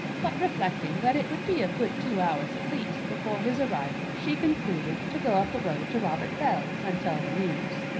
but reflecting that it would be a good two hours at least before his arrival she concluded to go up the road to robert bell's and tell the news.